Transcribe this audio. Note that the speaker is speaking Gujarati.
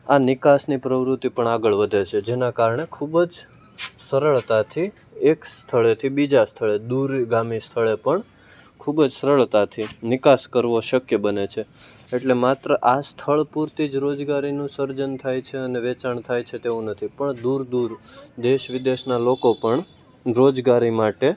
આ નિકાસની પ્રવૃત્તિ પણ આગળ વધે છે જેના કારણે ખૂબ જ સરળતાથી એક સ્થળેથી બીજા સ્થળે દૂરગામી સ્થળે પણ ખૂબ જ સરળતાથી નિકાસ કરવો શક્ય બને છે એટલે માત્ર આ સ્થળ પૂરતી જ રોજગારીનું સર્જન થાય છે અને વેચાણ થાય છે તેવું નથી પણ દૂર દૂર દેશ વિદેશના લોકો પણ રોજગારી માટે